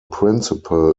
principal